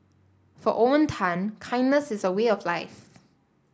for Owen Tan kindness is a way of life